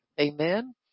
Amen